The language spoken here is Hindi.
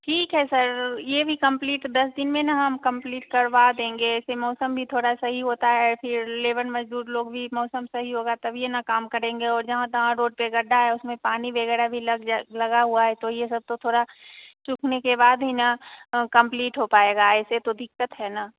ठीक है सर ये भी कम्प्लीट दस दिन में ना हम कम्प्लीट करवा देंगे ऐसे मौसम भी थोड़ा सही होता है ना फिर लेबर मजदूर लोग भी मौसम सही होगा तब ही ना काम करेंगे और जहाँ ताड़ तहाँ रोड का गड्डा है उसमें पानी वगैरह भी लगा जा लगा हुआ है ये सब थोड़ा सूखने के बाद ही कम्प्लीट हो पाएगा ऐसे तो दिक्कत है ना